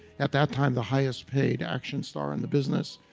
at that time, the highest paid action star in the business.